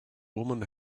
woman